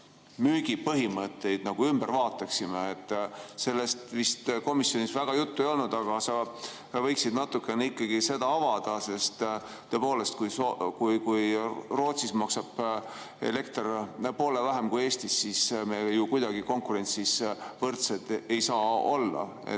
müügi põhimõtteid ümber vaataksime. Sellest vist komisjonis väga juttu ei olnud, aga sa võiksid natukene seda avada. Sest tõepoolest, kui Rootsis maksab elekter poole vähem kui Eestis, siis me ju kuidagi konkurentsis võrdsed ei saa olla.